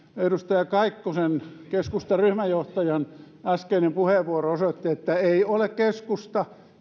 edustaja kaikkosen keskustan ryhmänjohtajan äskeinen puheenvuoro osoitti että ei ole keskusta